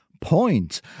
point